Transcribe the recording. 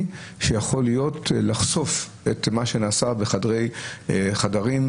שיכול לחשוף את מה שנעשה בחדרי חדרים,